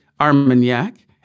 Armagnac